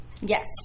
Yes